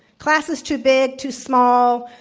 classes too big, too small,